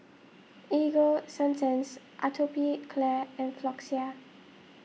Ego Sunsense Atopiclair and Floxia